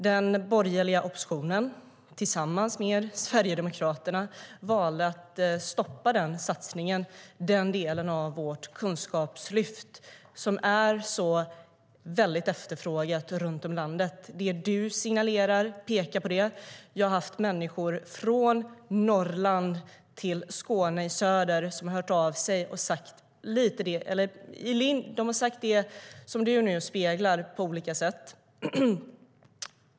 Den borgerliga oppositionen, tillsammans med Sverigedemokraterna, valde att stoppa satsningen på den delen av vårt kunskapslyft, som är så efterfrågad runt om i landet. Det Sara Karlsson signalerar pekar på detta. Människor från Norrland till Skåne i söder har hört av sig och sagt vad Sara Karlsson speglar på olika sätt.